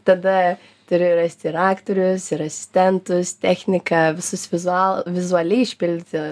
tada turi rasti ir aktorius ir asistentus techniką visus vizual vizualiai išpildyti